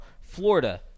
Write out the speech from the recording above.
Florida